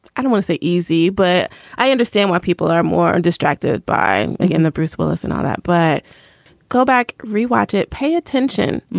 i don't wanna say easy, but i understand why people are more and distracted by the bruce willis and all that. but go back, rewatch it. pay attention,